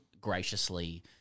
graciously